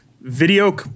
video